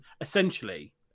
essentially